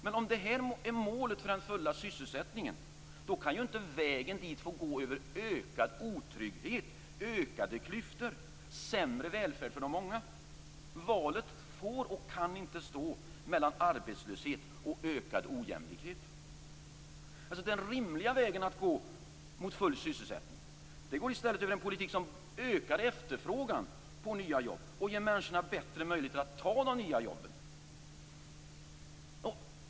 Men om detta är målet för den fulla sysselsättningen, då kan inte vägen dit få gå över ökad trygghet, ökade klyftor och sämre välfärd för de många. Valet får och kan inte stå mellan arbetslöshet och ökad ojämlikhet. Den rimliga vägen att gå mot full sysselsättning går i stället över en politik som ökar efterfrågan på nya jobb och ger människorna bättre möjligheter att ta de nya jobben.